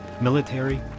military